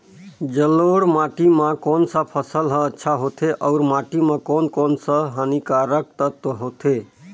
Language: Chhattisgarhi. जलोढ़ माटी मां कोन सा फसल ह अच्छा होथे अउर माटी म कोन कोन स हानिकारक तत्व होथे?